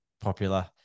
Popular